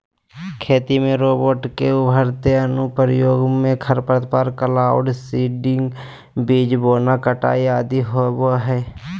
खेती में रोबोट के उभरते अनुप्रयोग मे खरपतवार, क्लाउड सीडिंग, बीज बोना, कटाई आदि होवई हई